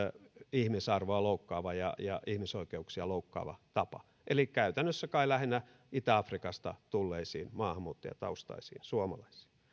ihmisarvoa ja ja ihmisoikeuksia loukkaava tapa eli käytännössä kai lähinnä itä afrikasta tulleisiin maahanmuuttajataustaisiin suomalaisiin